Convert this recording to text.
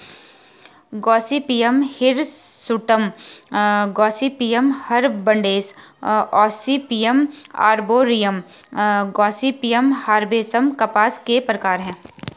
Gossypium hirsutum, gossypium barbadense, gossypium arboreum, gossypium herbaceum कपास के प्रकार है